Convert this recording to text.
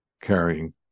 carrying